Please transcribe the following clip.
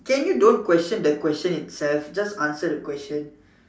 can you don't question the question itself just answer the question